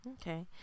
okay